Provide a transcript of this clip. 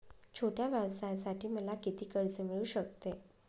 छोट्या व्यवसायासाठी मला किती कर्ज मिळू शकते?